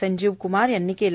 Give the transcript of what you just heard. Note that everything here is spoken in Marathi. संजीव क्मार यांनी केले